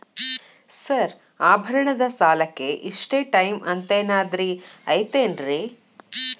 Sir ಆಭರಣದ ಸಾಲಕ್ಕೆ ಇಷ್ಟೇ ಟೈಮ್ ಅಂತೆನಾದ್ರಿ ಐತೇನ್ರೇ?